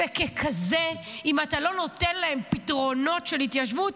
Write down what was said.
וככזה אם אתה לא נותן להם פתרונות של התיישבות,